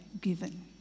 Given